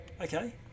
Okay